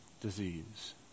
disease